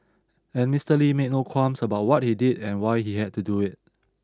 and Mister Lee made no qualms about what he did and why he had to do it